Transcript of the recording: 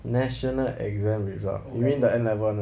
national exam result you mean the N level ah